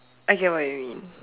I get what you mean